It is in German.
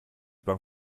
bank